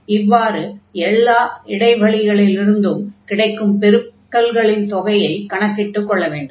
இவ்வாறு எல்லா இடைவெளிகளிலிருந்தும் கிடைக்கும் பெருக்கல்களின் தொகையைக் கணக்கிட்டுக் கொள்ள வேண்டும்